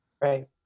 Right